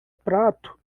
prato